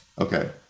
Okay